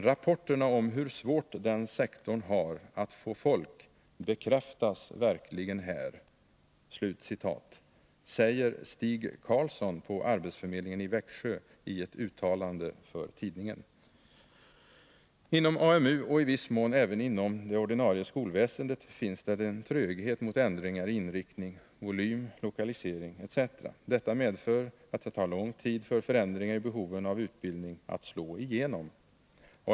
Rapporterna om hur svårt den sektorn har att få folk, bekräftas verkligen här”, säger Stig Carlsson på arbetsförmedlingen i Växjö i ett uttalande för tidningen. Inom AMU och i viss mån även inom det ordinarie skolväsendet finns det en tröghet mot ändringar i inriktning, volym, lokalisering etc. Detta medför att det tar lång tid för förändringar i behoven av utbildning att slå igenom.